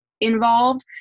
involved